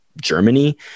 Germany